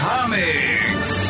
Comics